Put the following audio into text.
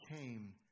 came